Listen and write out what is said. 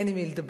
אין עם מי לדבר.